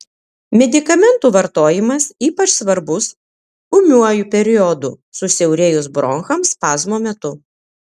medikamentų vartojimas ypač svarbus ūmiuoju periodu susiaurėjus bronchams spazmo metu